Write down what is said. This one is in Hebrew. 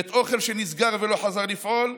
בית אוכל שנסגר ולא חזר לפעול,